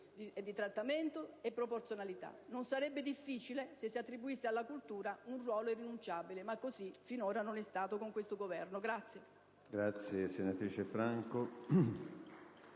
di trattamento e proporzionalità. Non sarebbe difficile se si attribuisse alla cultura un ruolo irrinunciabile, ma così finora non è stato, con questo Governo.